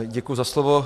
Děkuji za slovo.